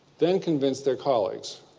then convince their colleagues.